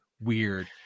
weird